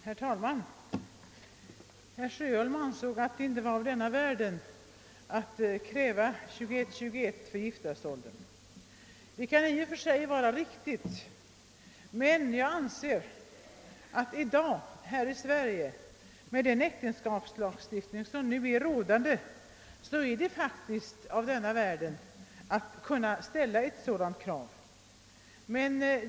Herr talman! Herr Sjöholm ansåg att det inte var av denna världen att kräva en giftasålder på 21 år för båda parter. Det påståendet kan i och för sig vara riktigt, men jag anser att det i dag, här i Sverige, med den äktenskapslagstiftning som finns nu faktiskt är av denna världen att ställa ett sådant krav.